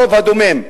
הרוב הדומם,